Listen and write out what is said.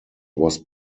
was